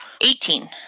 Eighteen